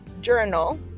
journal